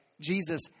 Jesus